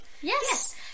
Yes